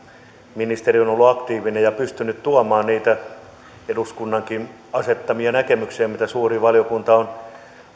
ministeri on ollut aktiivinen ja pystynyt tuomaan niitä eduskunnankin asettamia näkemyksiä mitä suuri valiokunta on